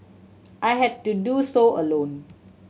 I had to do so alone